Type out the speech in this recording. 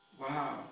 Wow